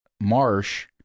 marsh